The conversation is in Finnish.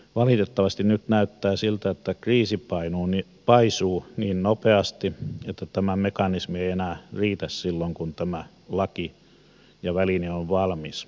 valitettavasti nyt näyttää siltä että kriisi paisuu niin nopeasti että tämä mekanismi ei enää riitä silloin kun tämä laki ja väline on valmis